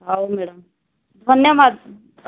ହଉ ମ୍ୟାଡ଼ାମ୍ ଧନ୍ୟବାଦ